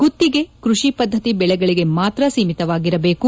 ಗುತ್ತಿಗೆ ಕೃಷಿ ಪದ್ಧತಿ ಬೆಳೆಗಳಿಗೆ ಮಾತ್ರ ಸೀಮಿತವಾಗಿರಬೇಕು